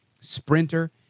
Sprinter